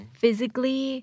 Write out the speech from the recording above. physically